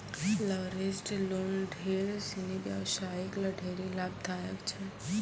leveraged loan ढेर सिनी व्यवसायी ल ढेरी लाभदायक छै